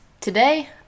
Today